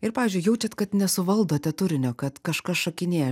ir pavyzdžiui jaučiat kad nesuvaldote turinio kad kažkas šokinėja